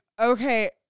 okay